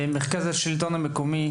מרכז השלטון המקומי,